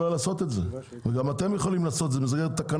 יכולה לעשות את זה וגם אתם יכולים לעשות זאת בתקנה.